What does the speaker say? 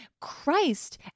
Christ